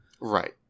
right